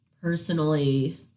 personally